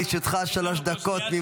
לרשותך שלוש דקות.